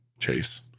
chase